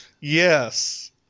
Yes